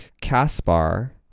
Caspar